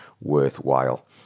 worthwhile